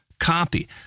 copy